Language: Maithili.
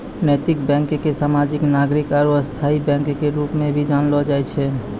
नैतिक बैंक के सामाजिक नागरिक आरू स्थायी बैंक के रूप मे भी जानलो जाय छै